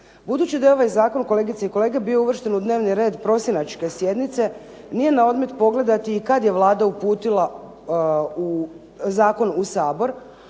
Budući da je ovaj zakon kolegice i kolege bio uvršten u dnevni red prosinačke sjednice, nije na odmet pogledati kada je Vlada uputila u zakon u Sabor.